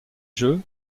jeux